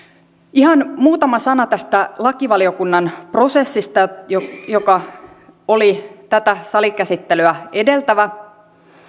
ihan muutama sana tästä lakivaliokunnan prosessista joka joka oli tätä salikäsittelyä edeltävä